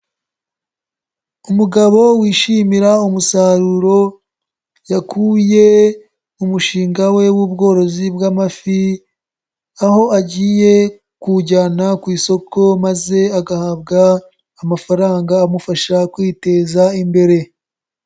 Umugabo wishimira umusaruro yakuye mu mushinga we w'ubworozi bw'amafi, aho agiye kuwujyana ku isoko maze agahabwa amafaranga amufasha kwiteza imbere.